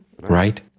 Right